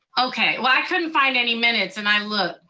okay, well i couldn't find any minutes, and i looked.